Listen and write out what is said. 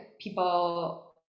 people